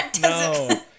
No